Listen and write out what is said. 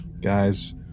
Guys